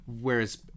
Whereas